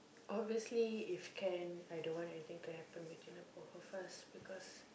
obviously if can I don't want anything to happen with her first